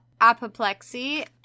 apoplexy